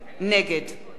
נגד